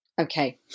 Okay